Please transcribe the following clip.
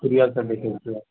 सीरियलसभ देखैत छियै